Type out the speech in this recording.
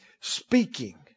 Speaking